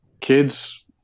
kids